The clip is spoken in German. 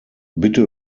bitte